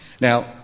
Now